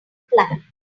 plan